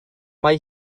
mae